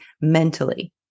mentally